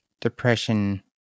depression